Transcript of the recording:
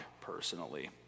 personally